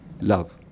love